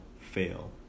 fail